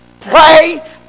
pray